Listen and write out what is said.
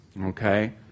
okay